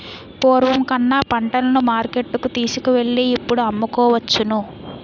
పూర్వం కన్నా పంటలను మార్కెట్టుకు తీసుకువెళ్ళి ఇప్పుడు అమ్ముకోవచ్చును